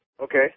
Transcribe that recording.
Okay